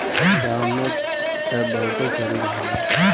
गांव में त बहुते चरी रहला